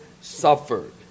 suffered